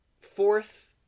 fourth